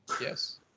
yes